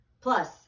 Plus